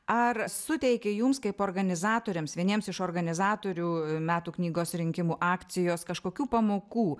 ar suteikė jums kaip organizatoriams vieniems iš organizatorių metų knygos rinkimų akcijos kažkokių pamokų